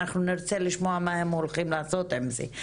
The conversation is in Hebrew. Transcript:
אנחנו נרצה לשמוע מה הם הולכים לעשות עם זה.